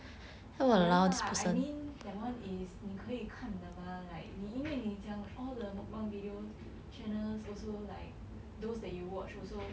ya lah I mean that one is 你可以看的 mah like 你因为你讲 all the mukbang video channels also like those that you watch also